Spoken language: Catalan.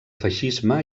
feixisme